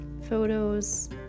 photos